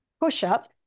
push-up